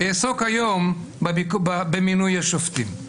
אעסוק היום במינוי השופטים.